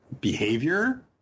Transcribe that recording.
behavior